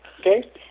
okay